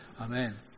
Amen